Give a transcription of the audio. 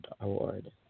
award